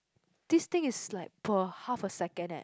this thing is like per half a second eh